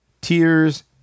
tears